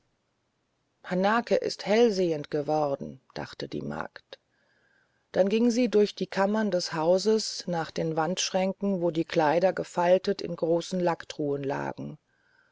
hanake ist hellsehend geworden dachte die magd dann ging sie durch die kammern des hauses nach den wandschränken wo die kleider gefaltet in großen lacktruhen lagen